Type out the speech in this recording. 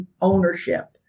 ownership